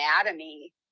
anatomy